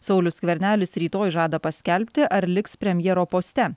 saulius skvernelis rytoj žada paskelbti ar liks premjero poste